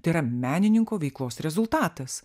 tai yra menininko veiklos rezultatas